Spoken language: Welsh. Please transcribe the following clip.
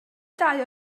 dau